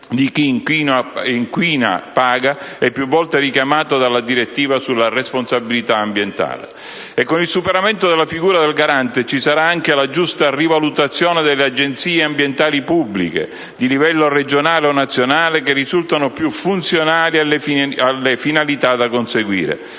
«di chi inquina paga», più volte richiamato dalla direttiva sulla responsabilità ambientale. E con il superamento della figura del garante ci sarà anche la giusta rivalutazione delle agenzie ambientali pubbliche, di livello regionale o nazionale, che risultano più funzionali alle finalità da conseguire.